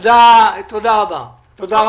צעד אחר צעד.